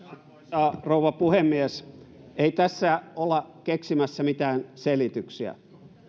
arvoisa rouva puhemies ei tässä olla keksimässä mitään selityksiä